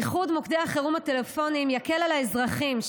איחוד מוקדי החירום הטלפונים יקל על האזרחים,